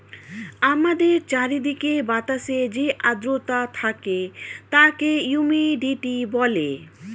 আমাদের চারিদিকের বাতাসে যে আর্দ্রতা থাকে তাকে হিউমিডিটি বলে